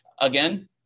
Again